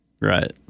Right